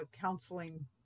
counseling